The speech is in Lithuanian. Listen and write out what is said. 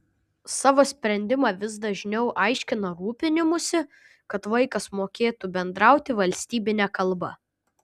savo sprendimą vis dažniau aiškina rūpinimųsi kad vaikas mokėtų bendrauti valstybine kalba